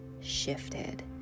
shifted